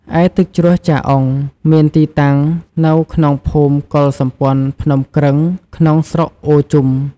ឯទឹកជ្រោះចាអ៊ុង មានទីតាំងនៅក្នុងភូមិកុលសម្ព័ន្ធភ្នំគ្រឹង ក្នុងស្រុកអូរជុំ។